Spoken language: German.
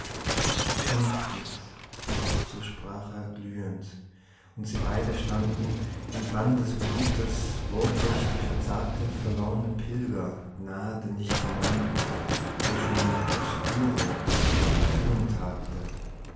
so sprach er glühend und sie beide standen im bann des blutes wortlos wie verzagte verlorne pilger nah den lichten landen wo schon das frührot der erfüllung tagte